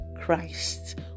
Christ